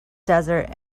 desert